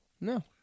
No